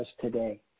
today